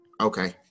Okay